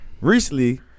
recently